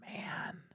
man